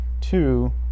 Two